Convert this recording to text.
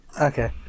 Okay